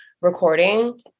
recording